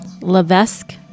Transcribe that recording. Levesque